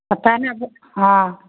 पहिने बोल हँ